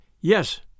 Yes